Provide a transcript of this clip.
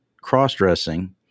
cross-dressing